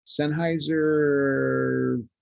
Sennheiser